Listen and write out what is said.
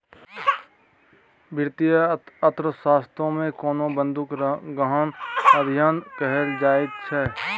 वित्तीय अर्थशास्त्रमे कोनो बिंदूक गहन अध्ययन कएल जाइत छै